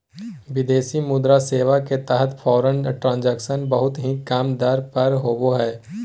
विदेशी मुद्रा सेवा के तहत फॉरेन ट्रांजक्शन बहुत ही कम दर पर होवो हय